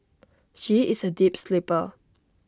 she is A deep sleeper